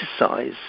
exercise